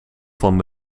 van